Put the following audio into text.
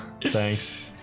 thanks